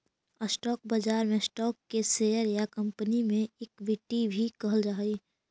stock बाजार में stock के शेयर या कंपनी के इक्विटी भी कहल जा हइ